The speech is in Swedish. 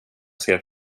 ser